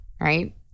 right